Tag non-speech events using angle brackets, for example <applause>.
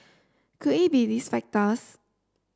<noise> could it be these factors